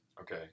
Okay